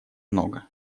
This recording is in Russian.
много